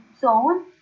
zone